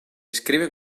escribe